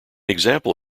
example